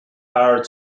powered